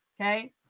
Okay